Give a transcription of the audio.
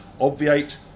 obviate